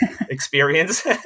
experience